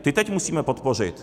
Ty teď musíme podpořit.